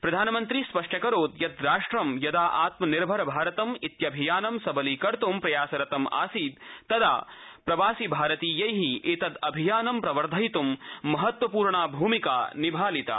प्रधानमन्त्री स्पष्ट्यकरोत् यत् राष्ट्रं यदा आत्मनिर्भरभारतम् इत्यभियानं सबलीकतुं प्रयासरतं आसीत् तदा प्रवासिभारतीयै एतदभियानं प्रवर्धयितुं महत्तवपूर्णभूमिका निभालिता